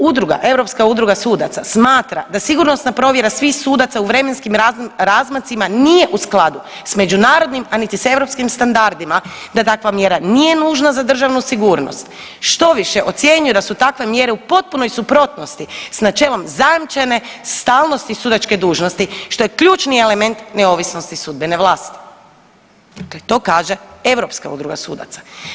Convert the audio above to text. Udruga, europska udruga sudaca smatra da sigurnosna provjera svih sudaca u vremenskim razmacima nije u skladu s međunarodnim, a niti s europskim standardima, da takva mjera nije nužna za državnu sigurnost, štoviše ocjenjuje da su takve mjere u potpunoj suprotnosti s načelom zajamčene stalnosti sudačke dužnosti što je ključni element neovisnosti sudbene vlasti, dakle to kaže europska udruga sudaca.